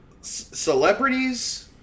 celebrities